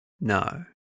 No